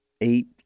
eight